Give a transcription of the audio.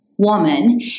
woman